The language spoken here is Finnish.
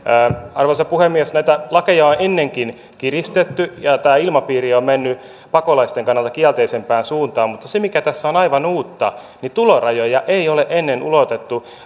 arvoisa puhemies näitä lakeja on ennenkin kiristetty ja tämä ilmapiiri on mennyt pakolaisten kannalta kielteisempään suuntaan mutta se mikä tässä on aivan uutta niin tulorajoja ei ole ennen ulotettu